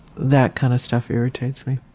that kind of stuff irritates me.